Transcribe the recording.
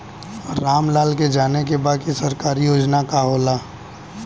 राम लाल के जाने के बा की सरकारी योजना का होला?